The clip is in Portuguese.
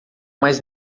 mais